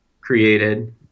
created